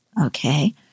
Okay